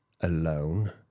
alone